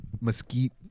Mesquite